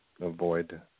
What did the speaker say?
avoid